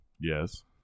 Yes